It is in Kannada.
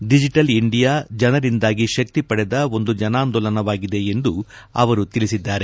ಡಿಜೆಟಲ್ ಇಂಡಿಯಾ ಜನರಿಂದಾಗಿ ಶಕ್ತಿ ಪಡೆದ ಒಂದು ಜನಾದೋಲನವಾಗಿದೆ ಎಂದು ಅವರು ಹೇಳದ್ದಾರೆ